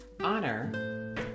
Honor